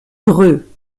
dreux